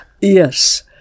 yes